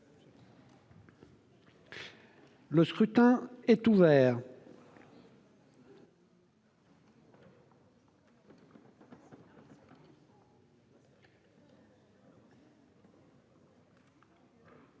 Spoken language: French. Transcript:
Le scrutin est ouvert.